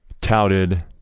touted